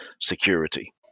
security